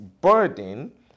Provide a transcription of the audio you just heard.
burden